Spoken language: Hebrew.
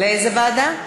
לאיזו ועדה?